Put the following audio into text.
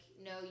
no